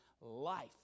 life